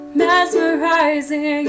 mesmerizing